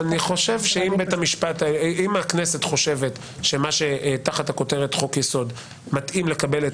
אני חושב שאם הכנסת חושבת שמה שתחת הכותרת חוק יסוד מתאים לקבל את